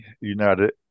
United